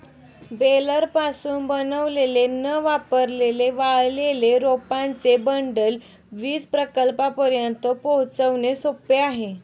बेलरपासून बनवलेले न वापरलेले वाळलेले रोपांचे बंडल वीज प्रकल्पांपर्यंत पोहोचवणे सोपे आहे